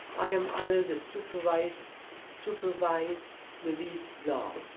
i am under the supervised supervised release law,